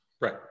right